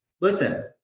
listen